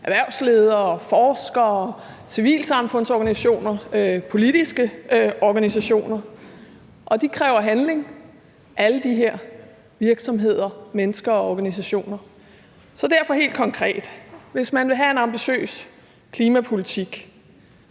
erhvervsledere, forskere, civilsamfundsorganisationer og politiske organisationer, og alle de her virksomheder, mennesker og organisationer kræver handling. Så derfor vil jeg sige helt konkret: Hvis man vil have en ambitiøs klimapolitik,